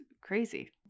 crazy